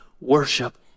worship